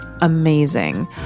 amazing